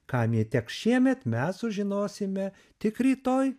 kam ji teks šiemet mes sužinosime tik rytoj